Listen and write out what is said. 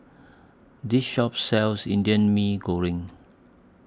This Shop sells Indian Mee Goreng